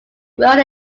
grown